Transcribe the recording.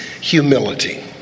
humility